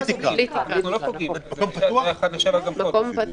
זה היה 7:1 גם קודם.